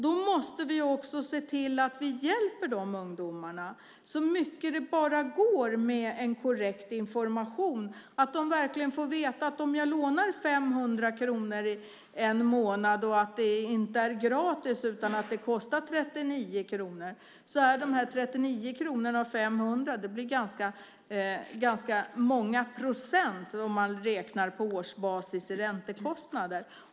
Då måste vi också se till att vi hjälper de ungdomarna så mycket det bara går med en korrekt information, så att de verkligen får veta att det inte är gratis om de lånar 500 kronor en månad. Det kostar 39 kronor. 39 kronor av 500 blir ganska många procent, om man räknar på årsbasis i räntekostnader.